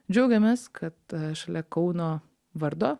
džiaugiamės kad šalia kauno vardo